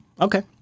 Okay